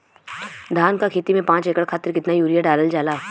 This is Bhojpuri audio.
धान क खेती में पांच एकड़ खातिर कितना यूरिया डालल जाला?